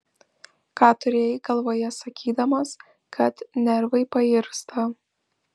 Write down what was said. ką turėjai galvoje sakydamas kad nervai pairsta